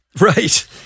Right